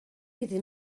iddyn